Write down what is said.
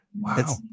wow